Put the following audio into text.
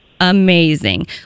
amazing